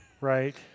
right